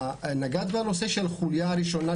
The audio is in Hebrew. נגעת בנושא של החוליה הראשונה,